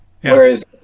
whereas